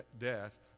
death